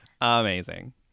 Amazing